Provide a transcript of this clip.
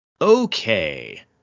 Okay